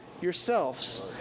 yourselves